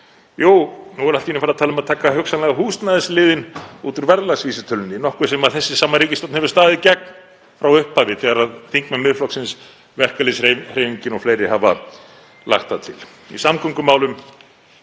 Jú, nú er allt í einu farið að tala um að taka hugsanlega húsnæðisliðinn út úr verðlagsvísitölunni, nokkuð sem þessi sama ríkisstjórn hefur staðið gegn frá upphafi þegar þingmenn Miðflokksins, verkalýðshreyfingin og fleiri hafa lagt það til. (Forseti